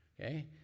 Okay